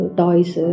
toys